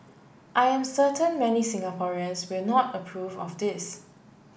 I'm certain many Singaporeans will not approve of this